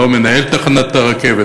לא מנהל תחנת הרכבת,